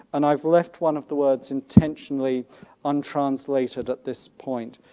and i've left one of the words intentionally untranslated at this point.